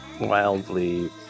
wildly